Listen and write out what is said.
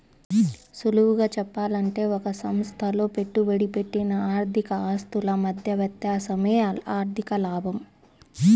సులువుగా చెప్పాలంటే ఒక సంస్థలో పెట్టుబడి పెట్టిన ఆర్థిక ఆస్తుల మధ్య వ్యత్యాసమే ఆర్ధిక లాభం